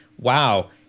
wow